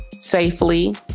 safely